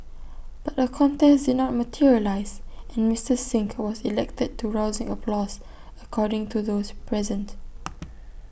but A contest did not materialise and Mister Singh was elected to rousing applause according to those present